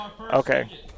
Okay